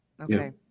Okay